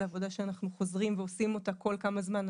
זו עבודה שאנחנו חוזרים ועושים אותה כל כמה זמן,